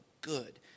good